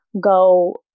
go